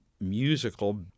musical